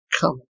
come